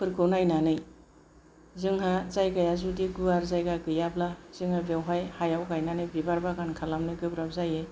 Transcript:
फोरखौ नायनानै जोंहा जायगाया जुदि गुवार जायगा गैयाब्ला जोंङो बेवहाय हायाव गायनानै बिबार बागान खालामनो गोब्राब जायो